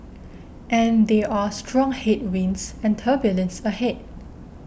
and there are strong headwinds and turbulence ahead